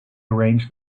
arranged